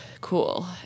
cool